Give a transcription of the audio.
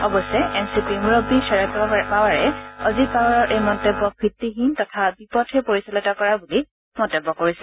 অৱশ্যে এন চি পিৰ মূৰববী শাৰদ পাৱাৰে অজিত পাৱাৰৰ এই মন্তব্যক ভিত্তিহীন তথা বিপথে পৰিচালিত কৰা বুলি মন্তব্য কৰিছে